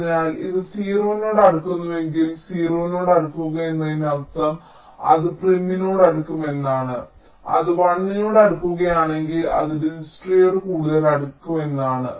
അതിനാൽ ഇത് 0 നോട് അടുക്കുന്നുവെങ്കിൽ 0 നോട് അടുക്കുക എന്നതിനർത്ഥം അത് പ്രിമിനോട് അടുക്കും എന്നാണ് അത് 1 നോട് അടുക്കുകയാണെങ്കിൽ അത് ദിജ്ക്സ്ട്രനോട് കൂടുതൽ അടുക്കും എന്നാണ്